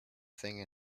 thing